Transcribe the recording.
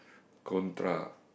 contra